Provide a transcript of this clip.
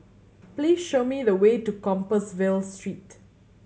please show me the way to Compassvale Street